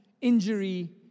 injury